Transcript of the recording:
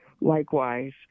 Likewise